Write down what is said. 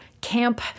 camp